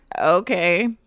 Okay